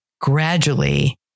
gradually